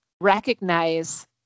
recognize